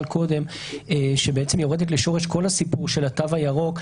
קודם שבעצם יורדת לשורש כל הסיפור של התו הירוק.